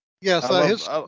Yes